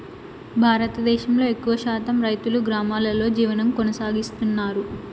భారతదేశంలో ఎక్కువ శాతం రైతులు గ్రామాలలో జీవనం కొనసాగిస్తన్నారు